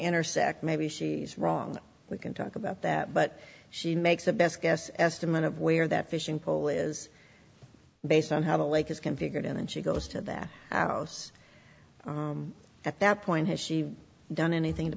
intersect maybe she's wrong we can talk about that but she makes a best guess estimate of where that fishing pole is based on how the lake is configured and she goes to that house at that point has she done anything to